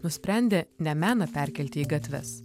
nusprendė ne meną perkelti į gatves